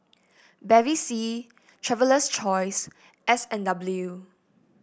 Bevy C Traveler's Choice S andW